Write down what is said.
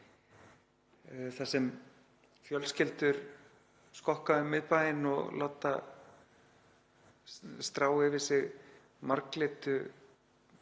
Þar sem fjölskyldur skokka um miðbæinn og láta strá yfir sig marglitu